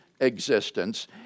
existence